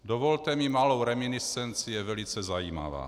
Dovolte mi malou reminiscenci, je velice zajímavá.